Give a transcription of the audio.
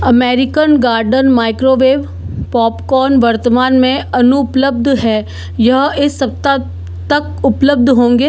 American Garden microwave popcorn वर्तमान में अनुपलब्ध है यह इस सप्ताह तक उपलब्ध होंगे